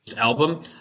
album